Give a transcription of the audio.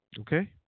Okay